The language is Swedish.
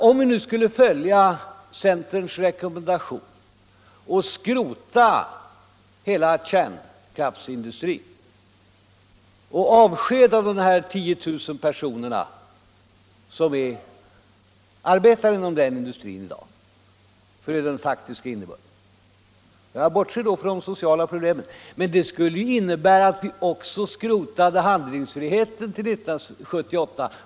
Om vi skulle följa centerns rekommendation att skrota hela kärnkraftsindustrin och avskeda de tiotusen personer som i dag arbetar inom denna industri innebär det — jag bortser då från sociala problem — att vi också skrotade vår handlingsfrihet till 1978.